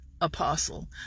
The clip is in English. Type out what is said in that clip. apostle